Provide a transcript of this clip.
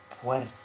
puerta